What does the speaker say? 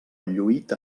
lluït